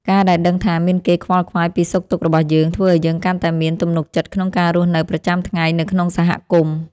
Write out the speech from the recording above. ការដែលដឹងថាមានគេខ្វល់ខ្វាយពីសុខទុក្ខរបស់យើង ធ្វើឱ្យយើងកាន់តែមានទំនុកចិត្តក្នុងការរស់នៅប្រចាំថ្ងៃនៅក្នុងសហគមន៍។